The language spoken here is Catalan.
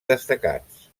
destacats